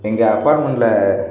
எங்கள் அப்பார்ட்மெண்ட்டில்